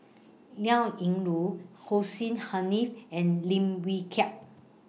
Liao Yingru Hussein Haniff and Lim Wee Kiak